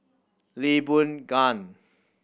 Lee Boon Ngan